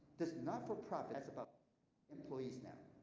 this not-for-profit has about employees now.